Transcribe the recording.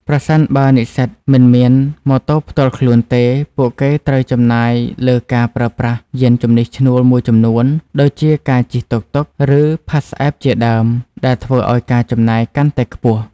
ប្រសិនបើនិស្សិតមិនមានម៉ូតូផ្ទាល់ខ្លួនទេ ពួកគេត្រូវចំណាយលើការប្រើប្រាស់យាន្តជំនិះឈ្នួលមួយចំនួន ដូចជាការជិះតុកតុក ឬ ផាសអេបជាដើម ដែលធ្វើឲ្យការចំណាយកាន់តែខ្ពស់។